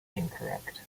incorrect